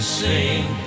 sing